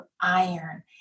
iron